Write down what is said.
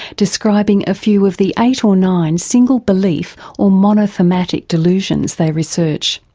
describing a few of the eight or nine single-belief, or monothematic delusions they research.